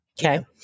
Okay